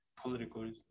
Political